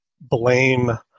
blame